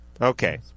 Okay